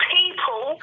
people